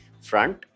front